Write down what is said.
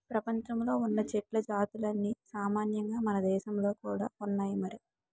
ప్రపంచంలో ఉన్న చెట్ల జాతులన్నీ సామాన్యంగా మనదేశంలో కూడా ఉన్నాయి మరి